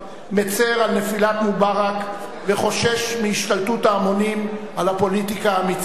מצר על נפילת מובארק וחושש מהשתלטות ההמונים על הפוליטיקה המצרית.